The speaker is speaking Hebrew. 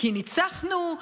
כי ניצחנו,